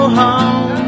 home